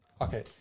Okay